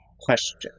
question